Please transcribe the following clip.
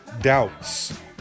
Doubts